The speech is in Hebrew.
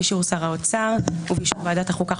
באישור שר האוצר ובאישור ועדת החוקה,